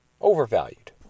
overvalued